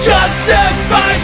Justify